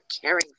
caring